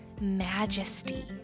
majesty